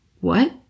What